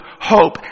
hope